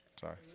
Sorry